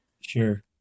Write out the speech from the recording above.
Sure